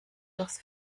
durchs